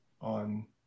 on